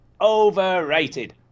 Overrated